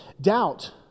Doubt